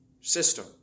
system